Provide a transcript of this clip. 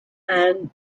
and